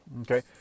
Okay